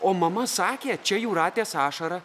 o mama sakė čia jūratės ašara